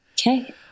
Okay